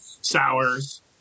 sours